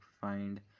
find